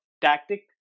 tactic